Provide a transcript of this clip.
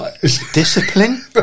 Discipline